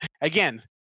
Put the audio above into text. Again